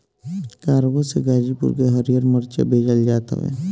cargo से गाजीपुर के हरिहर मारीचा भेजल जात हवे